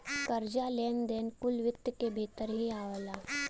कर्जा, लेन देन कुल वित्त क भीतर ही आवला